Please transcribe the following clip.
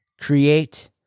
create